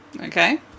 Okay